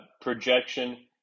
projection